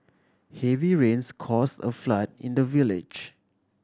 heavy rains caused a flood in the village